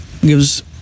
gives